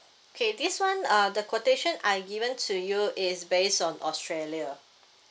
okay this one uh the quotation I've given to you is based on australia